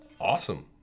Awesome